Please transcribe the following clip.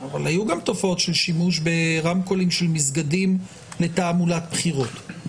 אבל היו גם תופעות של שימוש ברמקולים של מסגדים לתעמולת בחירות.